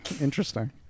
Interesting